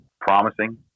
Promising